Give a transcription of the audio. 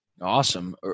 Awesome